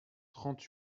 trente